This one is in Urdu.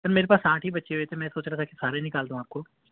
سر میرے پاس آٹھ ہی بچے ہوئے تھے میں سوچ رہا تھا کہ سارے نکال دوں آپ کو